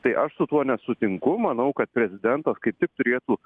tai aš su tuo nesutinku manau kad prezidentas kaip tik turėtų